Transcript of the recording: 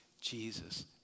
Jesus